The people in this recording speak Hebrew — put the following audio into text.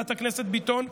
חברת הכנסת ביטון,